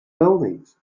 buildings